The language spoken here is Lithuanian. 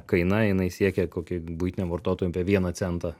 kaina jinai siekia kokį buitiniam vartotojui apie vieną centą